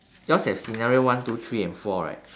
yours have scenario one two three and four right